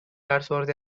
coursework